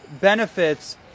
benefits